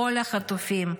כל החטופים,